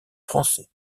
français